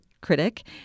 critic